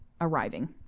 arriving